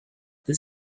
this